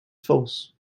false